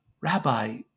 Rabbi